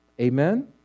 Amen